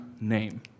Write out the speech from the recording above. name